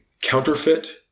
counterfeit